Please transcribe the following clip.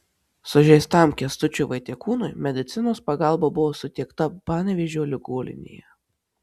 sužeistam kęstučiui vaitiekūnui medicinos pagalba buvo suteikta panevėžio ligoninėje